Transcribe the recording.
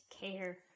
care